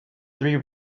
three